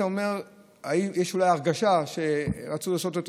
אתה אומר שיש אולי הרגשה שרצו לעשות את